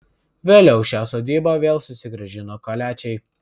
vėliau šią sodybą vėl susigrąžino kaliačiai